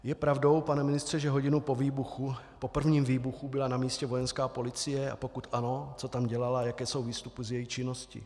Je pravdou, pane ministře, že hodinu po prvním výbuchu byla na místě vojenská policie, a pokud ano, co tam dělala a jaké jsou výstupy z její činnosti?